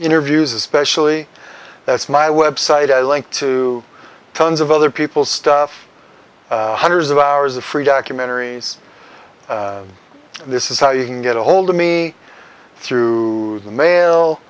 interviews especially that's my website i linked to tons of other people stuff hundreds of hours of free documentaries this is how you can get a hold of me through the mail